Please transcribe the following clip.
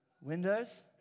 Windows